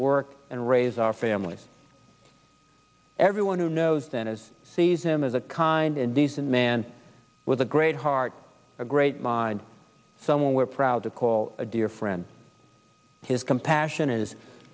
work and raise our families everyone who knows then is sees him as a kind and decent man with a great heart a great mind someone we're proud to call a dear friend his compassion is